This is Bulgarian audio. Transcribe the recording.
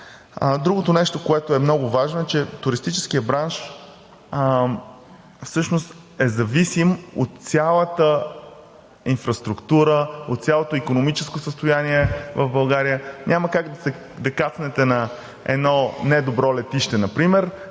Другото нещо, което е много важно, е, че туристическият бранш всъщност е зависим от цялата инфраструктура, от цялото икономическо състояние в България. Няма как да кацнете на едно недобро летище например,